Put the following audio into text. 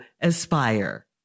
aspire